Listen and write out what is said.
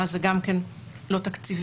ואז זה גם כן לא תקציבי.